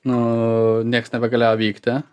nu nieks nebegalėjo vykti